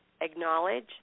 acknowledge